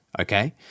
okay